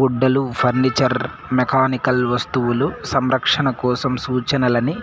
గుడ్డలు furniture mechanical వస్తువులు సంరక్షణ కోసం సూచనలని